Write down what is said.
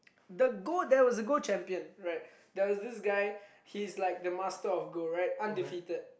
the goal there was a goal champion right there was this guy he's like the master of goal right undefeated